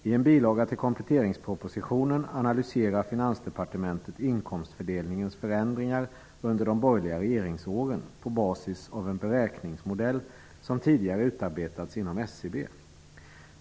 I en bilaga till kompletteringspropositionen analyserar Finansdepartementet inkomstfördelningens förändringar under de borgerliga regeringsåren, på basis av en beräkningsmodell som tidigare utarbetats inom SCB.